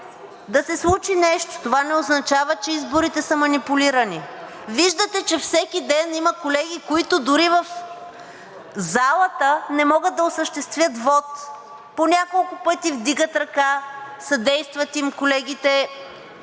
да се случи нещо. Това не означава, че изборите са манипулирани. Виждате, че всеки ден има колеги, които дори в залата не могат да осъществят вот – по няколко пъти вдигат ръка, съдействат им колегите